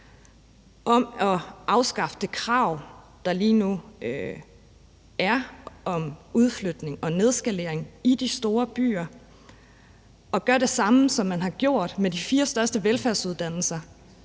om at afskaffe det krav, der lige nu er, om udflytning og nedskalering i de store byer, og gøre det samme, som man har gjort med de fire største velfærdsuddannelser,